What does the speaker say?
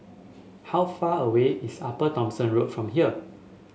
how far away is Upper Thomson Road from here